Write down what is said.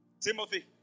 Timothy